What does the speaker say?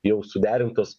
jau suderintos